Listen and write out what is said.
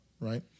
right